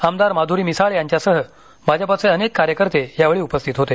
आमदार माध्ररी मिसाळ यांच्यासह भाजपाचे अनेक कार्यकर्ते यावेळी उपस्थित होते